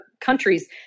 countries